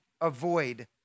avoid